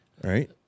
Right